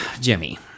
Jimmy